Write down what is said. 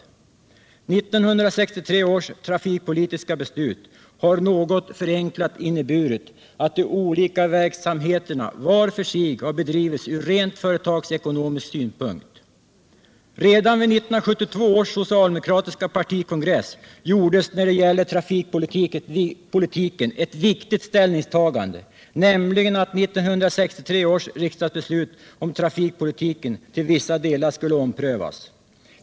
1963 års trafikpolitiska beslut har något förenklat inneburit att de olika verksamheterna var för sig har bedrivits ur rent företagsekonomisk synpunkt. Redan vid 1972 års socialdemokratiska partikongress gjordes när det gäller trafikpolitiken ett viktigt ställningstagande, nämligen att 1963 års riksdagsbeslut om trafikpolitiken till vissa delar skulle omprövas.